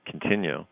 continue